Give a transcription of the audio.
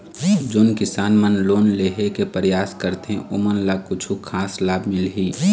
जोन किसान मन लोन लेहे के परयास करथें ओमन ला कछु खास लाभ मिलही?